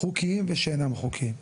חוקיים ושאינם חוקיים.